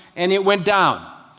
and it went down.